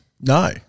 no